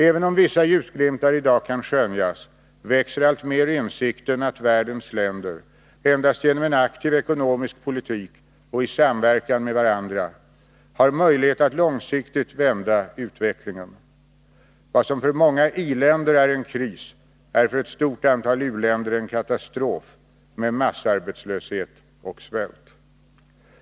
Även om vissa ljusglimtar i dag kan skönjas, växer alltmer insikten att världens länder endast genom en aktiv ekonomisk politik och i samverkan med varandra har möjlighet att långsiktigt vända utvecklingen. Vad som för många i-länder är en kris är för ett stort antal u-länder en katastrof med massarbetslöshet och svält.